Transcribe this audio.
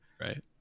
Right